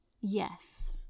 Yes